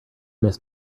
miss